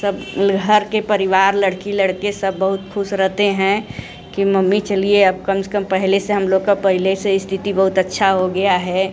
सब घर के परिवार लड़की लड़के सब बहुत खुश रहते हैं कि मम्मी चलिए अब कम से कम पहले से हम लोग का पहले से स्थिति बहुत अच्छा हो गया है